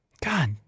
God